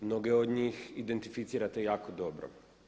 Mnoge od njih identificirate jako dobro.